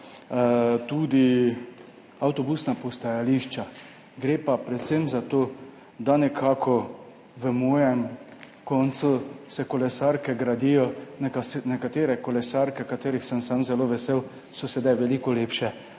tudi avtobusna postajališča. Gre pa predvsem za to, da se nekako v mojem koncu gradijo kolesarke, nekatere kolesarke, ki sem jih sam zelo vesel, so sedaj veliko lepše